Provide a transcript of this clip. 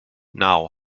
now